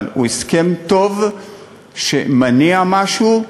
אבל הוא הסכם טוב שמניע משהו.